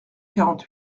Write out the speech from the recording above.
quarante